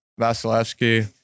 Vasilevsky